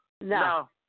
No